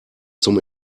zum